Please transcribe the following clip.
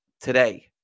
today